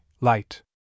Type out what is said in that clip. light